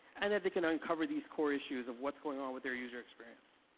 and that they can uncover these core issues of what's going on with their user experience.